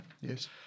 Yes